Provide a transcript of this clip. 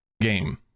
game